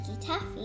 Taffy